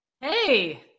Hey